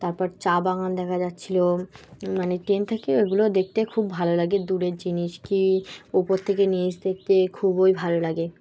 তারপর চা বাগান দেখা যাচ্ছিল মানে ট্রেন থেকে ওগুলো দেখতে খুব ভালো লাগে দূরের জিনিস কি উপর থেকে নিচ দেখতে খুবই ভালো লাগে